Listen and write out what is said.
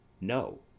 No